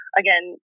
again